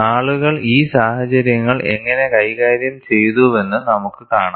ആളുകൾ ഈ സാഹചര്യങ്ങൾ എങ്ങനെ കൈകാര്യം ചെയ്തുവെന്ന് നമുക്ക് കാണാം